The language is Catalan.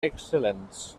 excel·lents